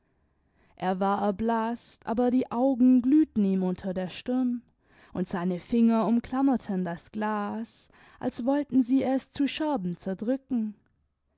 er war erblaßt aber die augen glühten ihm unter der stirn und seine finger umklammerten das glas als wollten sie es zu scherben zerdrücken